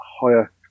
higher